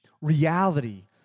reality